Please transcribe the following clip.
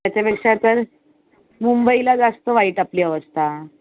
त्याच्यापेक्षा तर मुंबईला जास्त वाईट आपली अवस्था